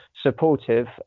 supportive